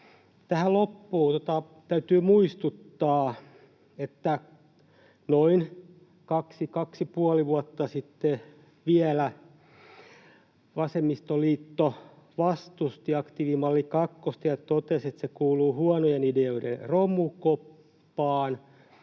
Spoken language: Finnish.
täytyy muistuttaa, että vielä noin 2—2,5 vuotta sitten vasemmistoliitto vastusti aktiivimalli kakkosta ja totesi, että se kuuluu huonojen ideoiden romukoppaan.